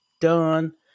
done